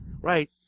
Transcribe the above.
Right